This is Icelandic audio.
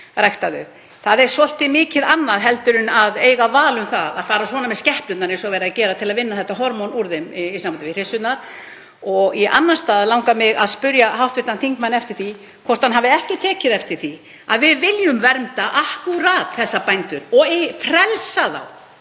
Það er svolítið mikið annað en að eiga val um að fara svona með skepnurnar eins og verið að gera til að vinna þetta hormón úr þeim í sambandi við hryssurnar. Í annan stað langar mig að spyrja hv. þingmann hvort hann hafi ekki tekið eftir því að við viljum vernda akkúrat þessa bændur og frelsa þá